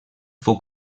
fou